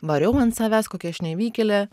variau ant savęs kokia aš nevykėlė